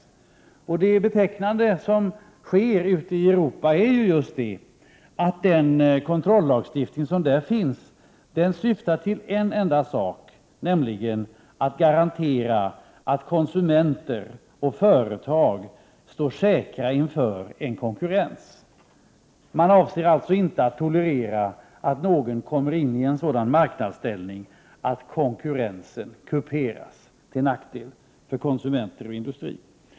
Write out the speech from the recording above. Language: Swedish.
Betecknande för det som sker ute i Europa är att den kontrollagstiftning som där finns syftar till en enda sak, nämligen att garantera att konsumenter och företag är tillförsäkrade en konkurrens. Man avser alltså inte att tolerera att någon får en sådan marknadsställning att konkurrensen kuperas till nackdel för konsumenter och industri.